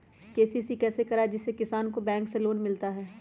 KCC कैसे कराये जिसमे किसान को बैंक से लोन मिलता है?